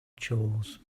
chores